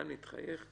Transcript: דני, תחייך.